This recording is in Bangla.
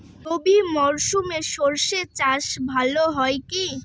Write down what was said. রবি মরশুমে সর্ষে চাস ভালো হয় কি?